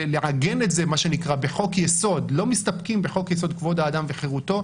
לעגן את זה בחוק יסוד ולא מסתפקים בחוק יסוד כבוד האדם וחירותו,